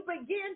begin